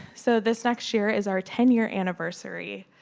so this next year is our ten-year anniversary.